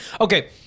okay